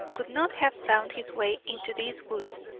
could not have found his way into these woods.